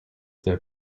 the